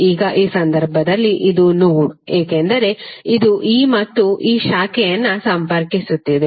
ಈಗ ಈ ಸಂದರ್ಭದಲ್ಲಿ ಇದು ನೋಡ್ ಏಕೆಂದರೆ ಇದು ಈ ಮತ್ತು ಈ ಶಾಖೆಯನ್ನು ಸಂಪರ್ಕಿಸುತ್ತಿದೆ